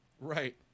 right